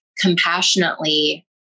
compassionately